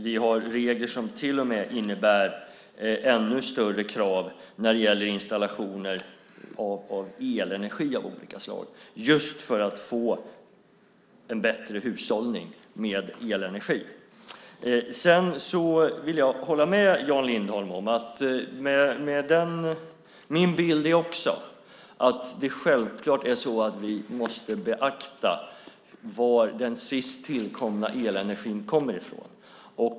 Vi har regler som till och med innebär ännu större krav när det gäller installationer av elenergi just för att få en bättre hushållning med elenergi. Jag håller med Jan Lindholm. Min bild är också att vi måste beakta varifrån den sist tillkomna elenergin kommer.